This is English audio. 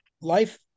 life